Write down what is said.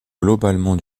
globalement